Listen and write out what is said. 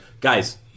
guys